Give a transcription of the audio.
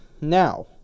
Now